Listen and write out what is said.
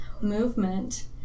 movement